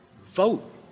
Vote